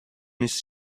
نیست